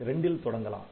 '2' இல் தொடங்கலாம்